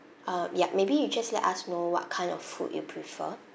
um ya maybe you just let us know what kind of food you prefer